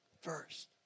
First